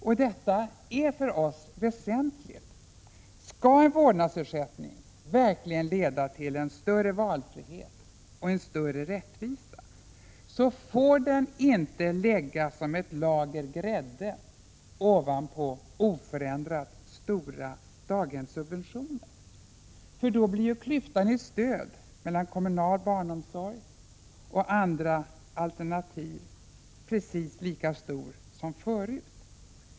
Och detta är för oss väsentligt: Skall en vårdnadsersättning verkligen leda till en större valfrihet och en större rättvisa, får den inte läggas som ett lager grädde ovanpå oförändrat stora daghemssubventioner. Då förblir ju klyftan i stöd mellan kommunal barnomsorg och alla andra alternativ precis lika stor som förut.